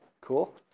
cool